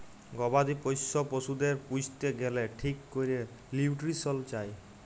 গবাদি পশ্য পশুদের পুইসতে গ্যালে ঠিক ক্যরে লিউট্রিশল চায়